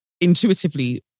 intuitively